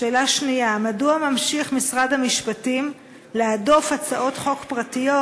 שאלה שנייה: מדוע ממשיך משרד המשפטים להדוף הצעות חוק פרטיות